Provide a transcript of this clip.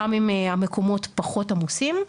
גם אם המקומות פחות עמוסים.